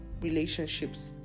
relationships